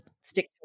stick